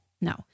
No